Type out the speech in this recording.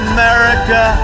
America